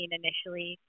initially